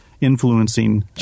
Influencing